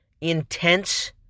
intense